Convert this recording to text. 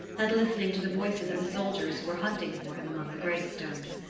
and listening to the voices of the soldiers who were hunting for him among the grave-stones.